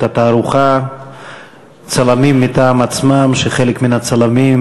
את התערוכה "צלמים מטעם עצמם" חלק מהצלמים